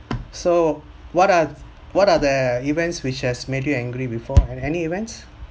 so what are what are the events which has made you angry before any events